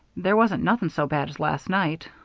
there wasn't nothing so bad as last night.